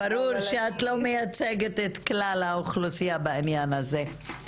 ברור שאת לא מייצגת את כלל האוכלוסייה בעניין הזה.